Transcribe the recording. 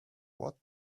what